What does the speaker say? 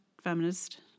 feminist